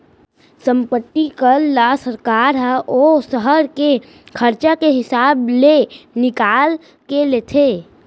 संपत्ति कर ल सरकार ह ओ सहर के खरचा के हिसाब ले निकाल के लेथे